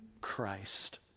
Christ